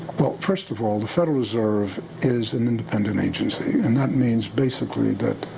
well, first of all, the federal reserve is an independent agency. and that means basically, that